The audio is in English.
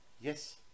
Yes